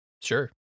Sure